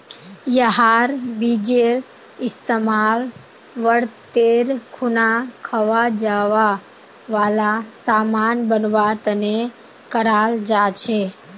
यहार बीजेर इस्तेमाल व्रतेर खुना खवा जावा वाला सामान बनवा तने कराल जा छे